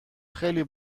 خیلی